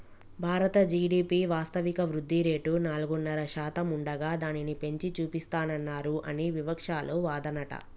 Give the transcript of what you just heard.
భారత జి.డి.పి వాస్తవిక వృద్ధిరేటు నాలుగున్నర శాతం ఉండగా దానిని పెంచి చూపిస్తానన్నారు అని వివక్షాలు వాదనట